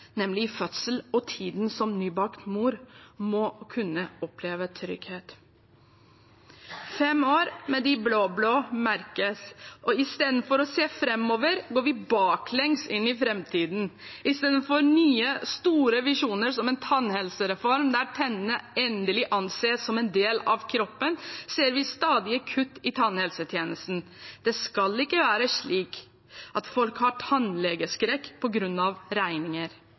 nemlig fødsel og tiden som nybakt mor, må kunne oppleve trygghet. Fem år med de blå-blå merkes. Istedenfor å se framover går vi baklengs inn i framtiden. Istedenfor nye, store visjoner, som en tannhelsereform, der tennene endelig anses som en del av kroppen, ser vi stadige kutt i tannhelsetjenesten. Det skal ikke være slik at folk har tannlegeskrekk